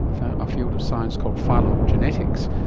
ah a field of science called phylogenetics,